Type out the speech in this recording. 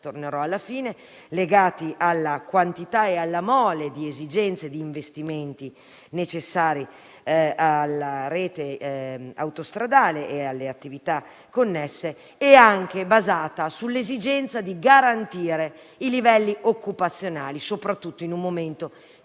tornerò alla fine, senatore Urso), alla quantità e alla mole di investimenti necessari alla rete autostradale e alle attività connesse, nonché basati sull'esigenza di garantire i livelli occupazionali, soprattutto in un momento così